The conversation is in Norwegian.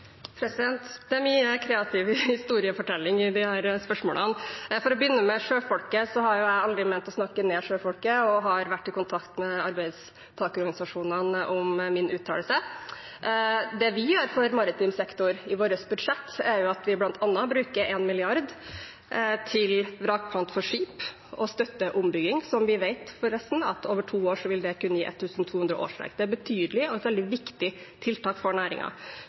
Det er mye kreativ historiefortelling i disse spørsmålene. For å begynne med sjøfolk: Jeg har aldri ment å snakke ned sjøfolk. Jeg har vært i kontakt med arbeidstakerorganisasjonene om min uttalelse. Det vi gjør for maritim sektor i vårt budsjett, er at vi bl.a. bruker 1 mrd. kr til vrakpant for skip og støtter ombygging, som vi forresten vet over to år vil kunne gi 1 200 årsverk. Det er et betydelig og et veldig viktig tiltak for